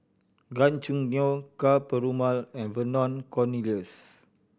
Gan Choo Neo Ka Perumal and Vernon Cornelius